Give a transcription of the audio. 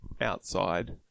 outside